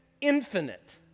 infinite